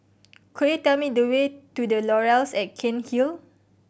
could you tell me the way to The Laurels at Cairnhill